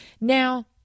Now